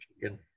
chicken